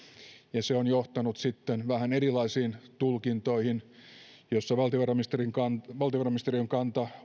ja se on johtanut sitten vähän erilaisiin tulkintoihin joissa valtiovarainministeriön valtiovarainministeriön kanta